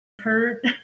hurt